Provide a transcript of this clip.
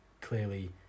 clearly